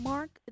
Mark